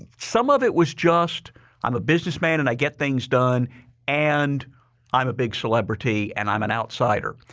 some of it was just i'm a businessman and i get things done and i'm a big celebrity and i'm an outsider.